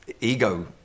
ego